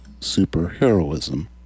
superheroism